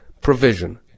provision